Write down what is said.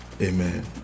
Amen